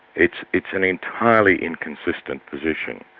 it's it's an entirely inconsistent position.